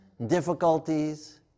difficulties